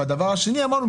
והדבר השני שאמרנו,